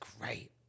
great